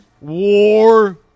War